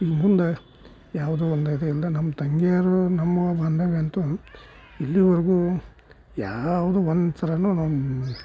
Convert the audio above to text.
ಇನ್ನು ಮುಂದೆ ಯಾವುದೂ ಒಂದು ಇದಿಲ್ಲದೆ ನಮ್ಮ ತಂಗಿಯರು ನಮ್ಮ ಬಾಂಧವ್ಯ ಅಂತೂ ಇಲ್ಲಿವರೆಗೂ ಯಾವುದೂ ಒಂದು ಸಲವೂ ನಮ್ಮ